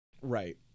Right